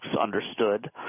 understood